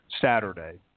Saturday